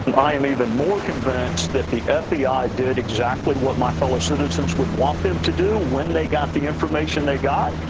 i am even more convinced that the fbi did exactly what my fellow citizens would want them to do when they got the information they got.